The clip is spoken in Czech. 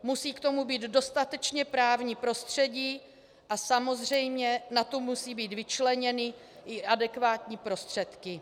Musí k tomu být dostatečně právní prostředí a samozřejmě na to musí být vyčleněny i adekvátní prostředky.